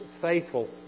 faithful